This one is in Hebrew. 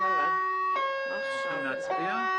באופן פרטני צריך לפתור שם את הבעיה,